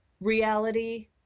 reality